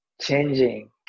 changing